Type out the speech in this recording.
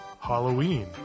Halloween